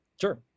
Sure